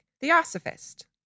theosophist